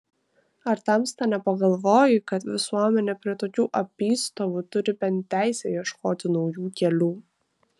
ar tamsta nepagalvoji kad visuomenė prie tokių apystovų turi bent teisę ieškoti naujų kelių